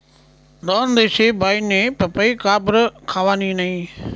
दोनदिशी बाईनी पपई काबरं खावानी नै